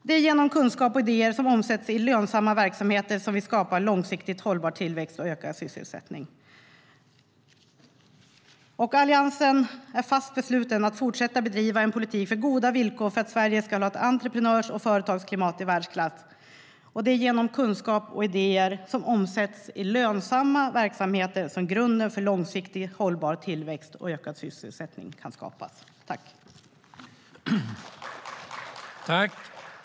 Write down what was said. Det är genom kunskap och idéer som omsätts i lönsamma verksamheter som vi skapar långsiktigt hållbar tillväxt och ökad sysselsättning. Alliansen är fast besluten att fortsätta att bedriva en politik för goda villkor för att Sverige ska ha ett entreprenörs och företagsklimat i världsklass. Det är genom kunskap och idéer som omsätts i lönsamma verksamheter som grunden för långsiktigt hållbar tillväxt och ökad sysselsättning kan skapas.